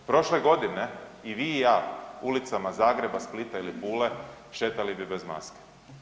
Prošle godine i vi i ja ulicama Zagreba, Splita ili Pule šetali bi bez maske.